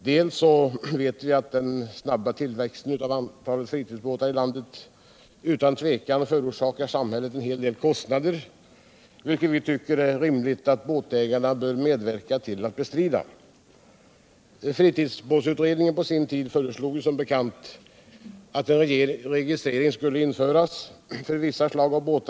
Först och främst vet vi att den snabba tillväxten av antalet fritidsbåtar i landet otvivelaktigt förorsakar samhillet en hel del kostnader. vilka vi tycker det är rimligt att bätägarna medverkar till att bestrida. Fritidsbätutredningen föreslog som bekant på sin tid att en registrering skulle införas för vissa slag av fritidsbåtar.